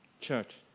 Church